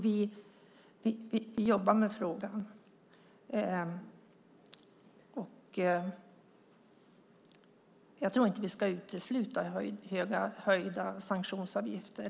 Vi jobbar med frågan, och jag tror inte att vi ska utesluta höjda sanktionsavgifter.